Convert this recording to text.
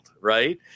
right